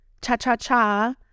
Cha-cha-cha